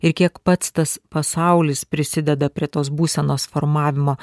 ir kiek pats tas pasaulis prisideda prie tos būsenos formavimo